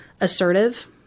assertive